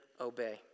obey